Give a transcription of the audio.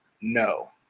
no